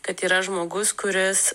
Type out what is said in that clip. kad yra žmogus kuris